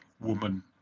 woman